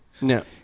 No